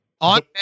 on